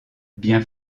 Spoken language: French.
bien